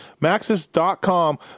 Maxis.com